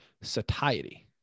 satiety